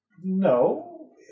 No